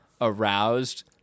aroused